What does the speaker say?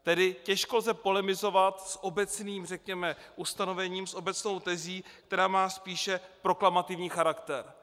Tedy těžko lze polemizovat s obecným, řekněme, ustanovením, s obecnou tezí, která má spíše proklamativní charakter.